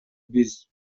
биз